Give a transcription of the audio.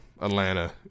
Atlanta